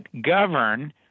govern